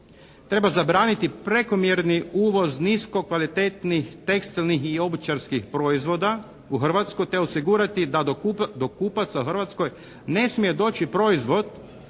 treba zabraniti prekomjerni uvoz nisko kvalitetnih tekstilnih i obućarskih proizvoda u Hrvatsku te osigurati da do kupaca u Hrvatskoj ne smije doći proizvod